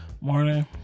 Morning